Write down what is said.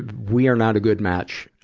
we are not a good match.